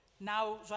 Now